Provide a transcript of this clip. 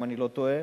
אם אני לא טועה,